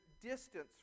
distance